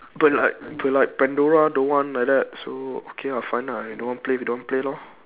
but like but like pandora don't want like that so okay ah fine ah you don't want play we don't want play lor